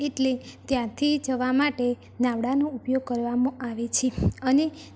એટલે ત્યાંથી જવા માટે નાવડાનો ઉપયોગ કરવામાં આવે છે